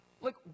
Look